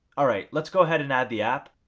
alright, let's go ahead and add the app